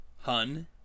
Hun